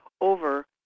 over